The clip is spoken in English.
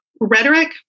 rhetoric